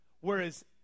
Whereas